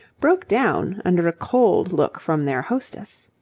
broke down under a cold look from their hostess.